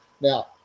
Now